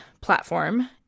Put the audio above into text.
platform